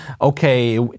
okay